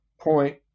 point